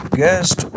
guest